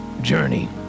journey